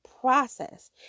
process